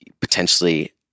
potentially